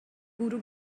bwrw